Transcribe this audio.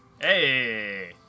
Hey